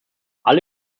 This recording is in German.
alle